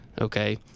okay